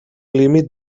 límit